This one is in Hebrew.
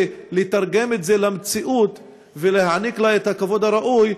לתרגם את זה למציאות ולתת לה את הכבוד הראוי,